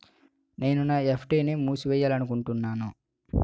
నేను నా ఎఫ్.డి ని మూసివేయాలనుకుంటున్నాను